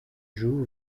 joue